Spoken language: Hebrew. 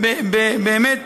באמת,